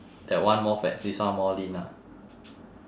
that one more fats this one more lean ah